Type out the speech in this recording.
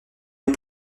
les